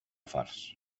farts